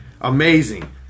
Amazing